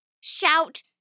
Shout